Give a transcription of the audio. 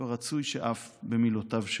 ורצוי שאף במילותיו שלו.